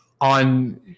on